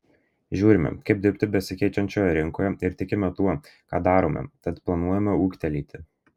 žiūrime kaip dirbti besikeičiančioje rinkoje ir tikime tuo ką darome tad planuojame ūgtelėti